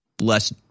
less